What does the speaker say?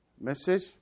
Message